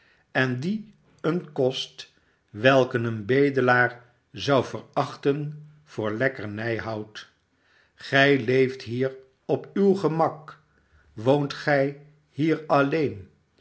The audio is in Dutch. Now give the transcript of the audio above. en die een kost welken een bedelaar zou verachten voor lekkernij houd gij leeft hier op uw gemak woont gij hier alleen